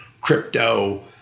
crypto